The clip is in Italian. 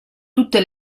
tutte